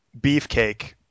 beefcake